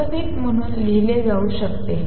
वास्तविक म्हणून लिहिले जाऊ शकते